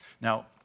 Now